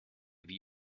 wie